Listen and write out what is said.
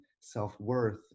self-worth